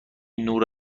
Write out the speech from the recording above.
نور